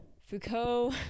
Foucault